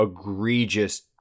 egregious